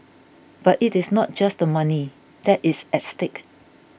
but it is not just the money that is at stake